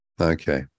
Okay